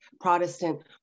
Protestant